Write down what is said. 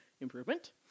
Improvement